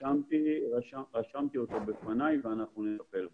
רשמתי אותו לפניי ואנחנו נטפל בו.